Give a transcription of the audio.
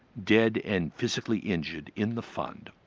dead and physically injured in the fund.